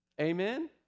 amen